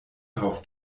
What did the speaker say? darauf